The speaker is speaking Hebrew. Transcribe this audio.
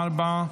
2024,